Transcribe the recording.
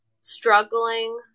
struggling